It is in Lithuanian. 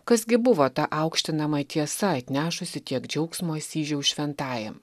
kas gi buvo ta aukštinama tiesa atnešusi tiek džiaugsmo asyžiaus šventajam